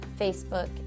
facebook